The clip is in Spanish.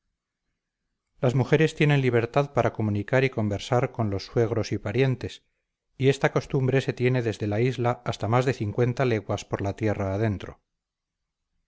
las mujeres tienen libertad para comunicar y conversar con los suegros y parientes y esta costumbre se tiene desde la isla hasta más de cincuenta leguas por la tierra adentro